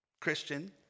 Christian